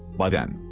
by then,